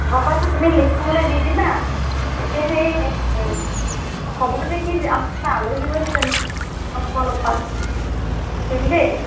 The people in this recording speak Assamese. গম পাইছোঁ তুমি লিখি মোলৈ দি দিবা এতিয়া সেই হ'ব নেকি আমাৰ মানে আলহীও আহিছে অলপ কৰিম দেই